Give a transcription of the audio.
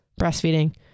breastfeeding